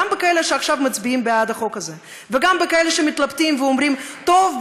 גם בכאלה שעכשיו מצביעים בעד החוק הזה וגם בכאלה שמתלבטים ואומרים: טוב,